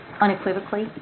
unequivocally